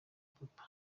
papa